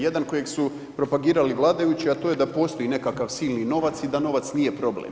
Jedan kojeg su propagirali vladajući, a to je da postoji nekakav silni novac i da novac nije problem.